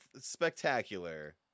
spectacular